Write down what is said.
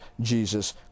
Jesus